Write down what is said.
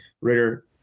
Ritter